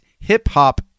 hip-hop